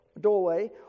doorway